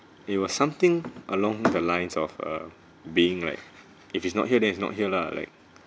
it was something along the lines of uh being like if it's not here then is not here lah like